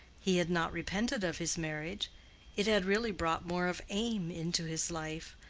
he had not repented of his marriage it had really brought more of aim into his life,